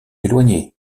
éloigné